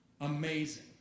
amazing